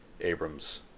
Abrams